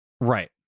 Right